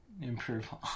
improve